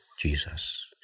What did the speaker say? Jesus